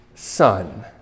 son